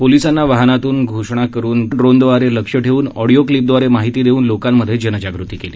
पोलिसांना वाहनातून घोषणा करुन ड्रोनदवारे लक्ष ठेवून ऑडिओ क्लिपदवारे माहिती देऊन लोकांमध्ये जनजागृती केली